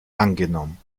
angenommen